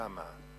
כמה?